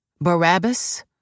Barabbas